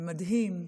זה מדהים,